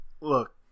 look